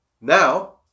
now